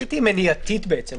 התכלית היא מניעתית בעצם.